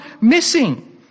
missing